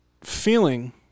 Feeling